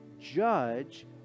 judge